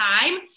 time